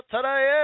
Today